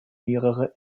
mehrere